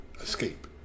escape